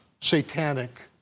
satanic